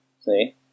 see